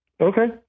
Okay